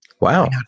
Wow